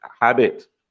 habit